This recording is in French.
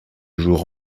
jours